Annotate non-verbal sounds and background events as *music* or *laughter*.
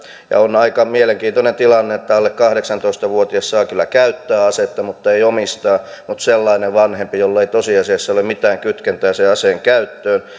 on aika mielenkiintoinen tilanne että alle kahdeksantoista vuotias saa kyllä käyttää asetta mutta ei omistaa mutta sellainen vanhempi jolla ei tosiasiassa ole mitään kytkentää sen aseen käyttöön *unintelligible*